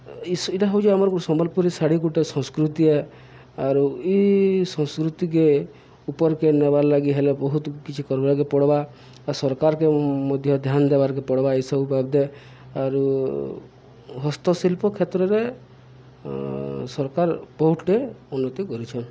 ଇଟା ହଉଛେ ଆମର୍ ଗୁଟେ ସମ୍ବଲ୍ପୁରୀ ଶାଢ଼ୀ ଗୁଟେ ସଂସ୍କୃତି ଏ ଆରୁ ଇ ସଂସ୍କୃତିକେ ଉପର୍କେ ନେବାର୍ ଲାଗି ହେଲେ ବହୁତ୍ କିଛି କର୍ବାର୍କେ ପଡ଼୍ବା ଆଉ ସରକାର୍କେ ମଧ୍ୟ ଧ୍ୟାନ୍ ଦେବାର୍କେ ପଡ଼୍ବା ଇସବୁ ବାଦଦେ ଆରୁ ହସ୍ତଶିଳ୍ପ କ୍ଷେତ୍ରରେ ସର୍କାର୍ ବହୁତ୍ଟେ ଉନ୍ନତି କରିଛନ୍